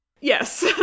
Yes